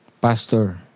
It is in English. Pastor